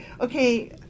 okay